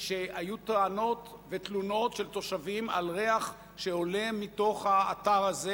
שהיו טענות ותלונות של תושבים על ריח שעולה מתוך האתר הזה,